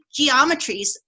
geometries